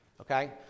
okay